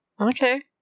Okay